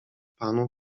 panu